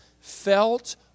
felt